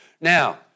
Now